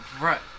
Right